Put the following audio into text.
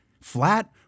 flat